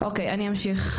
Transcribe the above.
אוקי אני אמשיך,